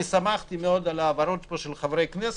שמחתי מאוד על ההבהרות פה של חברי הכנסת.